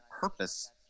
purpose